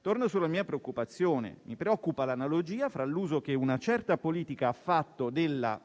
Torno sulla mia preoccupazione. Mi preoccupa l'analogia fra l'uso che una certa politica ha fatto della